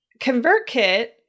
ConvertKit